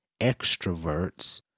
extroverts